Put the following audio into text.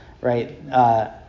right